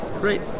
Great